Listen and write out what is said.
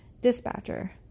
Dispatcher